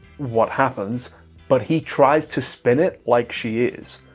what happens but he tries to spin it like she is.